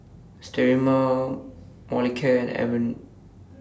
Sterimar Molicare and Avene